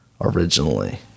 originally